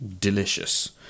delicious